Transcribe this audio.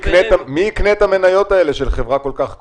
מי יקנה את המניות האלה של חברה כל כך כושלת?